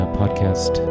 podcast